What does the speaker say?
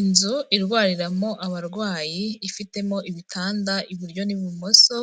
Inzu irwariramo abarwayi ifitemo ibitanda iburyo n'ibumoso,